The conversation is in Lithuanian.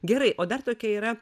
gerai o dar tokia yra